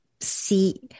see